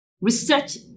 Research